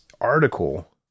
article